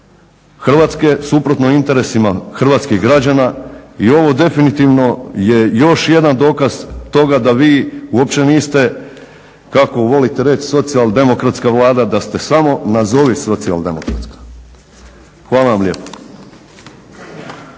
Hrvatske, suprotno interesima hrvatskih građana i ovo definitivno je još jedan dokaz toga da vi uopće niste kako volite reći socijaldemokratska vlada da ste samo nazovi socijaldemokratska. Hvala vam lijepo.